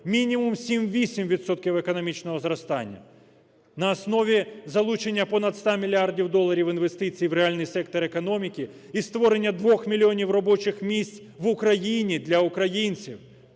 відсотків економічного зростання на основі залучення понад 100 мільярдів доларів інвестицій в реальний сектор економіки і створення 2 мільйонів робочих місць в Україні для українців.